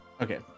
Okay